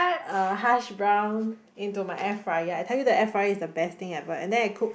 uh hash brown into my air fryer I tell you that air fryer is the best thing ever and then I cook